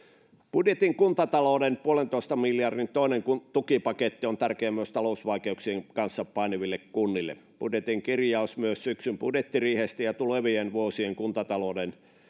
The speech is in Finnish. budjetin kuntatalouden puolentoista miljardin toinen tukipaketti on tärkeä myös talousvaikeuksien kanssa painiville kunnille budjetin kirjaus myös syksyn budjettiriihestä ja tulevien vuosien kuntatalouden